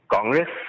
Congress